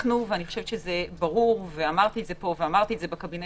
אנחנו וזה ברור, ואמרתי את זה פה ובקבינט